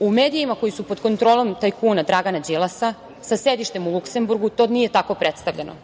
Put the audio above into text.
u medijima koji su pod kontrolom tajkuna Dragana Đilasa, sa sedištem u Luksemburgu to nije tako predstavljeno.